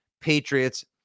Patriots